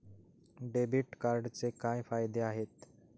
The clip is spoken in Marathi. डेबिट कार्डचे काय फायदे आहेत?